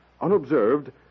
Unobserved